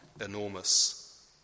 enormous